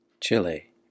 Chile